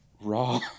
raw